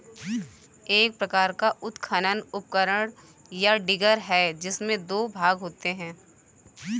एक प्रकार का उत्खनन उपकरण, या डिगर है, जिसमें दो भाग होते है